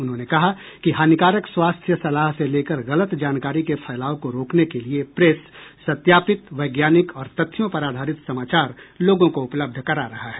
उन्होंने कहा कि हानिकारक स्वास्थ्य सलाह से लेकर गलत जानकारी के फैलाव को रोकने के लिये प्रेस सत्यापित वैज्ञानिक और तथ्यों पर आधारित समाचार लोगों को उपलब्ध करा रहा है